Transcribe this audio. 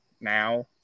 now